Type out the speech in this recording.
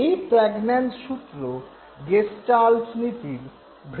এই প্র্যাগন্যানজ সূত্র গেস্টাল্ট নীতির ভিত্তিস্বরূপ